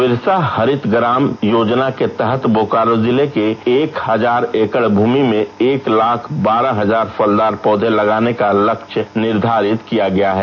बिरसा हरित ग्राम योजना के तहत बोकारो जिले में एक हजार एकड भुमि में एक लाख बारह हजार फलदार पौधे लगाने का लक्ष्य रखा गया है